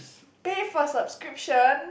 pay for subscription